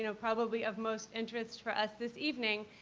you know probably of most interest for us this evening,